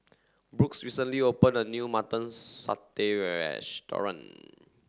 Brooks recently opened a new mutton satay